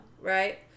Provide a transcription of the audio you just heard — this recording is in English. Right